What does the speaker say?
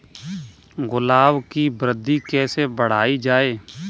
गुलाब की वृद्धि कैसे बढ़ाई जाए?